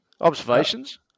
observations